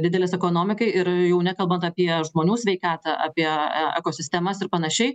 didelis ekonomikai ir jau nekalbant apie žmonių sveikatą apie e ekosistemas ir panašiai